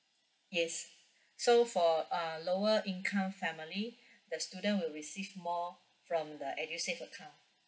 yes so for a lower income family the student will receive more from the edusave account